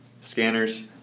Scanners